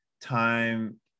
time